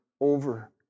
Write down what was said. over